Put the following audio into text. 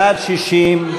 בעד, 60,